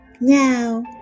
Now